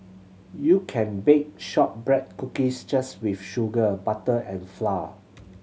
you can bake shortbread cookies just with sugar butter and flour